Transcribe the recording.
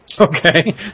Okay